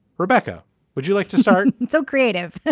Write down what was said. rebecca would you like to start so creative